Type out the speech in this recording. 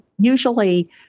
usually